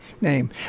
name